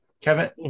Kevin